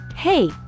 Hey